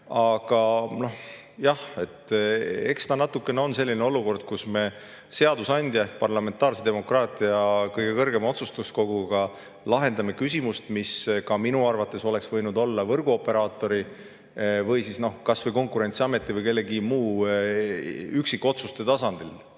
Aga jah, eks ta natuke on selline olukord, kus me seadusandjana ehk parlamentaarse demokraatia kõige kõrgema otsustuskoguna lahendame küsimust, mis ka minu arvates oleks võidud [lahendada] võrguoperaatori või kas või Konkurentsiameti või kellegi muu üksikotsuse tasandil.